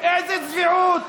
איזו צביעות.